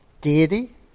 deity